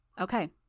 Okay